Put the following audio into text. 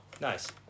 Nice